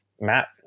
Matt